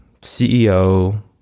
CEO